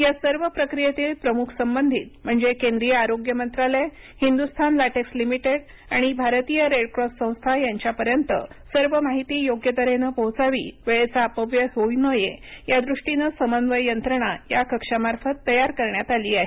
या सर्व प्रक्रियेतील प्रमुख संबंधित म्हणजे केंद्रीय आरोग्य मंत्रालय हिंदुस्थान लॅटेक्स लिमिटेड आणि भारतीय रेडक्रॉस संस्था यांच्यापर्यंत सर्व माहिती योग्य तऱ्हेनं पोहोचावी वेळेचा अपव्यय होऊ नये यादृष्टीनं समन्वय यंत्रणा या कक्षामार्फत तैय्यार करण्यात आली आहे